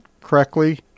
correctly